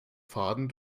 faden